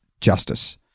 justice